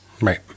Right